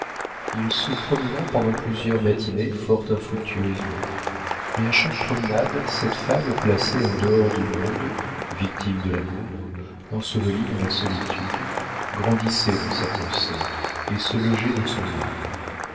il se promena pendant plusieurs matinées fort infructueusement mais à chaque promenade cette femme placée en dehors du monde victime de l'amour ensevelie dans la solitude grandissait dans sa pensée et se logeait dans son âme